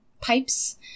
pipes